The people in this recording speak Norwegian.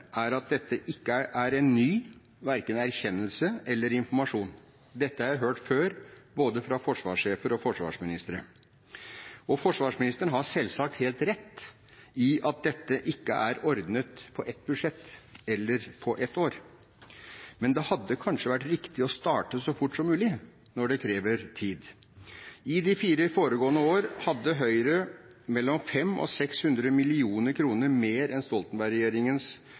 er at dette ikke er en ny verken erkjennelse eller informasjon. Dette har jeg hørt før, både fra forsvarssjefer og forsvarsministre. Forsvarsministeren har selvsagt helt rett i at dette ikke er ordnet i ett budsjett, eller på ett år, men det hadde kanskje vært riktig å starte så fort som mulig når det krever tid. I de fire foregående år hadde Høyre mellom 500 og 600 millioner mer enn